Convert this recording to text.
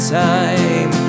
time